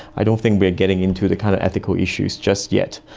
i don't think we are getting into the kind of ethical issues just yet,